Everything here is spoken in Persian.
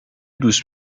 دوست